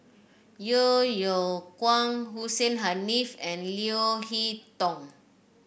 Yeo Yeow Kwang Hussein Haniff and Leo Hee Tong